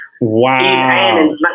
Wow